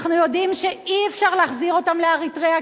אנחנו יודעים שאי-אפשר להחזיר אותם לאריתריאה,